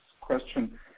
question